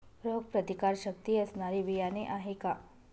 रोगप्रतिकारशक्ती असणारी बियाणे आहे का?